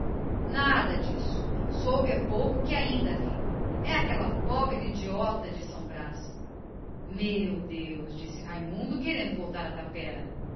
nada disso soube ainda há pouco que está viva é aquela pobre idiota de são brás meu deus exclamou raimundo querendo voltar à tapera